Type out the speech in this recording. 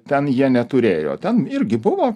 ten jie neturėjo ten irgi buvo